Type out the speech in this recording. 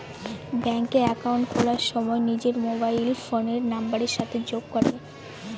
ব্যাঙ্কে একাউন্ট খোলার সময় নিজের মোবাইল ফোনের নাম্বারের সাথে যোগ করে